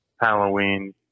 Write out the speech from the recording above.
Halloween